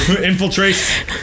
Infiltrate